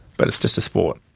but it's just a sport.